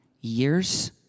years